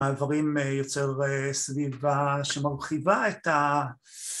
‫מהדברים יוצר סביבה ‫שמרחיבה את ה...